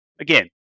Again